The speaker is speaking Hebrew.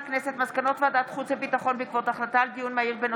מסקנות ועדת החוץ והביטחון בעקבות דיון מהיר בהצעתם של